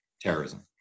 terrorism